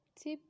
Tip